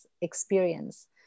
experience